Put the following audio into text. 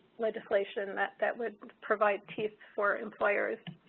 legislation that that would provide for employers.